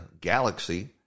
galaxy